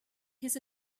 his